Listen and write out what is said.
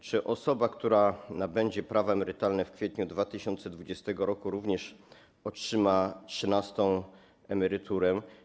Czy osoba, która nabędzie prawa emerytalne w kwietniu 2020 r., również otrzyma trzynastą emeryturę?